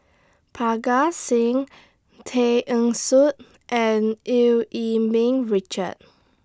Parga Singh Tay Eng Soon and EU Yee Ming Richard